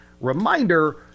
Reminder